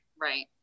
Right